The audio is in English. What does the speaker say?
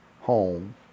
home